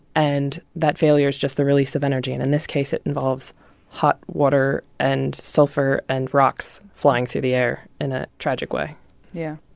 and that failure is just the release of energy. and in this case, it involves hot water and sulfur and rocks flying through the air in a tragic way yeah.